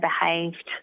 behaved